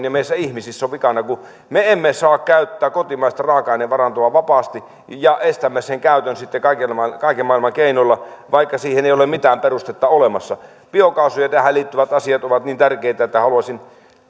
ja meissä ihmisissä oikein on vikana kun me emme saa käyttää kotimaista raaka ainevarantoa vapaasti ja estämme sen käytön kaiken maailman keinoilla vaikka siihen ei ole mitään perustetta olemassa biokaasu ja tähän liittyvät asiat ovat niin tärkeitä että haluaisin tulen